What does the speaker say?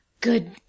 Good